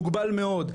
מוגבל מאוד,